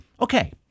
Okay